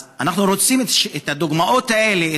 אז אנחנו רוצים את הדוגמאות האלה.